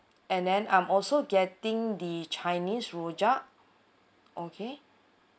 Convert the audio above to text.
and then I'm also getting the chinese rojak okay